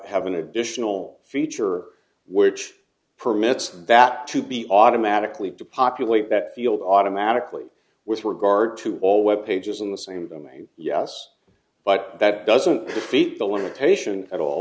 have an additional feature which permits that to be automatically populate that field automatically with regard to all web pages in the same domain yes but that doesn't defeat the limitation at all